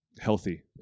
healthy